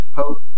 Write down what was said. hope